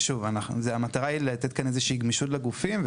המטרה היא לתת איזושהי גמישות לגופים.